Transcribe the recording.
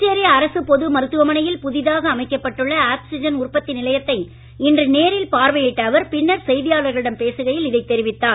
புதுச்சேரி அரசுப் பொது மருத்துவமனையில் புதிதாக அமைக்கப்பட்டுள்ள ஆக்சிஜன் உற்பத்தி நிலையத்தை இன்று நேரில் பார்வையிட்ட அவர் பின்னர் செய்தியாளர்களிடம் பேசுகையில் இதை தெரிவித்தார்